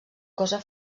cosa